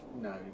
no